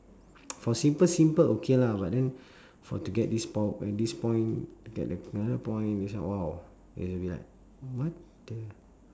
for simple simple okay lah but then for to get this power at this point get another point this one !wow! it will be like what the